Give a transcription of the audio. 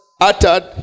uttered